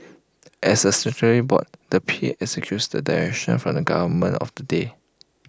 as A statutory board the P A executes the directions from the government of the day